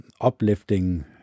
uplifting